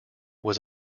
was